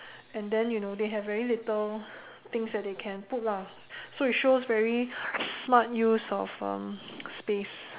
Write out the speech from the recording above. and then you know they have very little things that they can put lah so it shows very smart use of um space